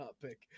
topic